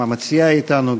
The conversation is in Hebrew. גם המציעה אתנו,